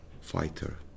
fighter